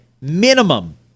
minimum